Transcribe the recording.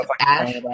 Ash